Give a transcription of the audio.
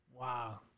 Wow